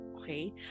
Okay